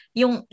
yung